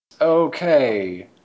Okay